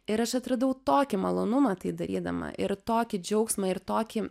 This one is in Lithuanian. ir aš atradau tokį malonumą tai darydama ir tokį džiaugsmą ir tokį